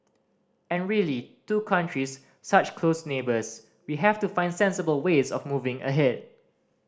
and really two countries such close neighbours we have to find sensible ways of moving ahead